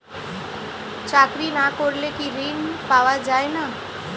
চাকরি না করলে কি ঋণ পাওয়া যায় না?